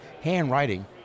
handwriting